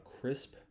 crisp